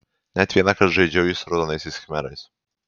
net vienąkart žaidžiau jį su raudonaisiais khmerais